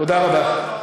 תודה רבה.